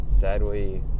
sadly